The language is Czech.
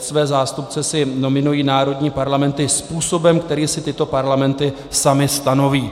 Své zástupce si nominují národní parlamenty způsobem, který si tyto parlamenty samy stanoví.